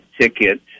ticket